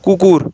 কুকুর